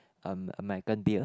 um American beer